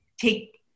take